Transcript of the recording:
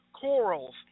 corals